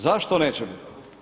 Zašto neće biti?